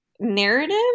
narrative